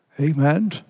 Amen